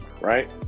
Right